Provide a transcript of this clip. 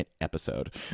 episode